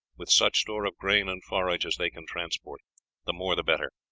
with such store of grain and forage as they can transport the more the better.